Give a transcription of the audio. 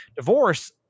divorce